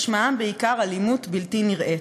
משמעם בעיקר אלימות בלתי נראית,